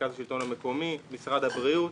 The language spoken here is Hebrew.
ממרכז השלטון המקומי משרד הבריאות,